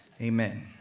Amen